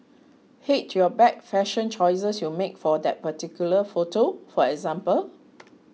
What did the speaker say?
hate your bad fashion choices you made for that particular photo for example